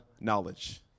knowledge